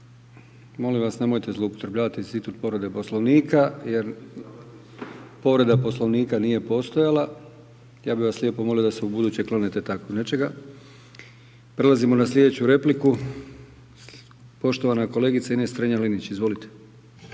molim vas nemojte zloupotrebljavat institut povrede Poslovnika jer povreda Poslovnika nije postojala. Ja bih vas lijepo molio da se ubuduće klonete tako nečega. Prelazimo na slijedeću repliku. Poštovana kolegica Ines Strenja-Linić. Izvolite.